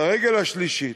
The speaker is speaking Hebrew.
והרגל השלישית,